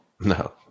No